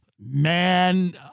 man